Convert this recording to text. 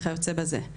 וכיוצא בזה.